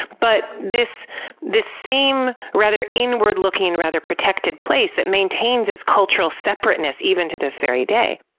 but this this same, rather inward-looking, rather protected place that maintains its cultural separateness even to this very day.